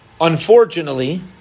unfortunately